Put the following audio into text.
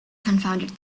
confounded